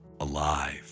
Alive